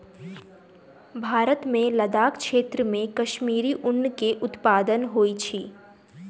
भारत मे लदाख क्षेत्र मे कश्मीरी ऊन के उत्पादन होइत अछि